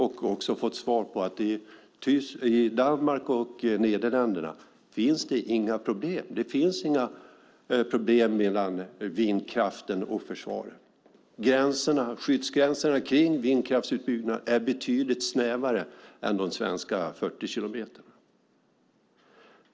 Jag har fått svar att det i Danmark och Nederländerna inte finns några problem. Det finns inga problem med vindkraften och försvaret. Skyddsgränserna kring vindkraftsutbyggnaden är betydligt snävare än de svenska 40 kilometrarna.